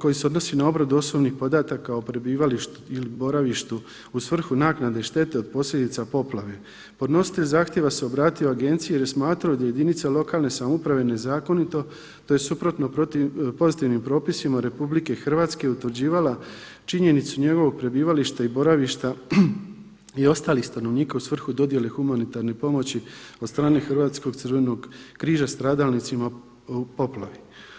koji se odnosi na obradu podataka o prebivalištu ili boravištu u svrhu naknade štete od posljedica poplave, podnositelj zahtjeva se obratio agenciji jer je smatrao da jedinica lokalne samouprave nezakonito tj. suprotno pozitivnim propisima RH utvrđivala činjenicu njegovog prebivališta i boravišta i ostalih stanovnika u svrhu dodjele humanitarne pomoći od strane Hrvatskog crvenog križa stradalnicima u poplavi.